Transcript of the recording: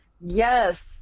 Yes